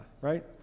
right